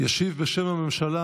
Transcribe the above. ישיב בשם הממשלה